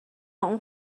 اون